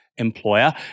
employer